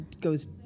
goes